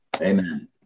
Amen